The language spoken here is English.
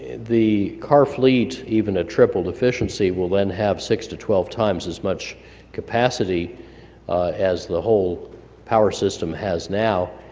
the car fleet even at tripled efficiency will then have six to twelve times as much capacity as the whole power system has now,